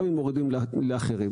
גם אם מורידים לאחרים.